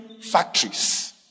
factories